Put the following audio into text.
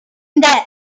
இந்த